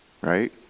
right